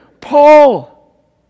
paul